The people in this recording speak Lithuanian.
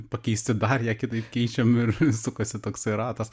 pakeisti dar ją kitaip keičiam ir sukasi toksai ratas